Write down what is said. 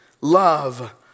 love